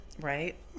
Right